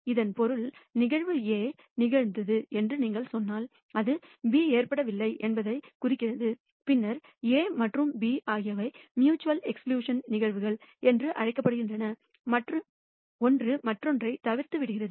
இதன் பொருள் நிகழ்வு A நிகழ்ந்தது என்று நீங்கள் சொன்னால் அது B ஏற்படவில்லை என்பதைக் குறிக்கிறது பின்னர் A மற்றும் B ஆகியவை மியூச்சுவல் எக்ஸ்க்ளுஷன் நிகழ்வுகள் என்று அழைக்கப்படுகின்றன ஒன்று மற்றொன்றைத் தவிர்த்து விடுகிறது